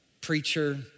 preacher